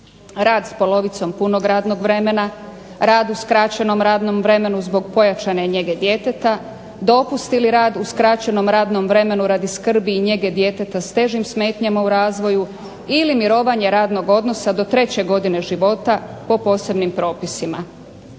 rad s polovicom punog radnog vremena, rad u skraćenom radnom vremenu zbog pojačane njege djeteta, dopust ili rad u skraćenom radnom vremenu radi skrbi i njege djeteta s težim smetnjama u razvoju ili mirovanje radnog odnosa do treće godine života po posebnim propisima.